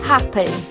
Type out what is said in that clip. Happy